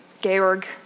Georg